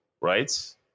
right